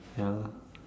ya